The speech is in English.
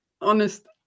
honest